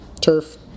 turf